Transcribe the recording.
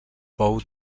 bou